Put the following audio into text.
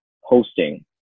hosting